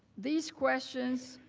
these questions